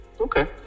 Okay